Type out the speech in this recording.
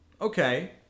Okay